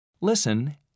Listen